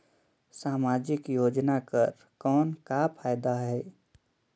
समाजिक योजना कर कौन का फायदा है?